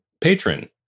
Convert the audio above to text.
patron